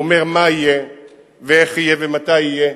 הוא אומר מה יהיה ואיך יהיה ומתי יהיה.